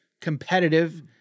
competitive